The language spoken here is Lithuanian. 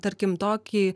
tarkim tokį